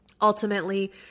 ultimately